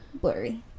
blurry